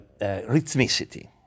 rhythmicity